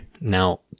Now